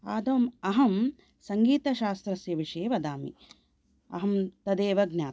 आदौ अहं सङ्गीतशास्त्रस्य विषये वदामि अहं तदेव ज्ञातं